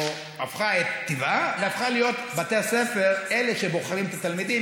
את טיבעה והפכה להיות שבתי הספר הם אלה שבוחרים את התלמידים,